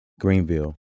Greenville